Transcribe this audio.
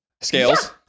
scales